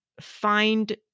find